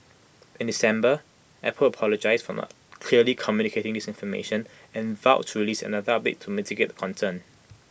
in December Apple apologised for not clearly communicating this information and vowed to release another update to mitigate the concern